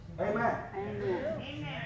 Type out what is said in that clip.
Amen